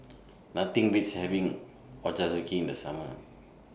Nothing Beats having Ochazuke in The Summer